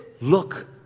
Look